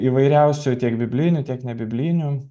įvairiausių tiek biblijinių tiek nebiblinių